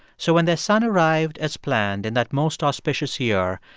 so when their son arrived as planned in that most auspicious year,